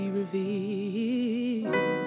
revealed